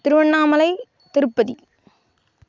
Tiruvannamalai Tirupati